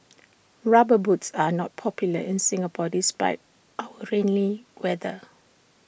rubber boots are not popular in Singapore despite our rainy weather